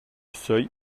seuil